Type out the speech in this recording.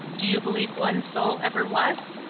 do you believe one soul ever was?